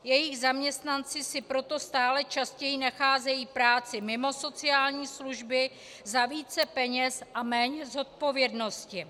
Jejich zaměstnanci si proto stále častěji nacházejí práci mimo sociální služby za více peněz a méně zodpovědnosti.